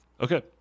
Okay